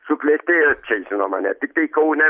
suklestėjo čia žinoma ne tiktai kaune